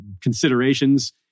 considerations